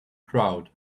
crowd